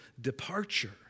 departure